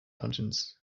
mountains